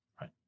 Right